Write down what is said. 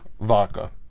Vodka